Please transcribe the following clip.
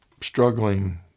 struggling